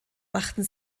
machten